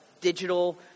digital